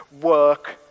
work